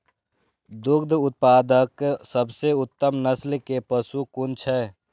दुग्ध उत्पादक सबसे उत्तम नस्ल के पशु कुन छै?